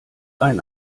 ein